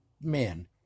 men